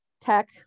tech